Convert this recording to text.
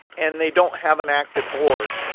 and they don't have an active board.